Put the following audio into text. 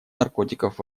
наркотиков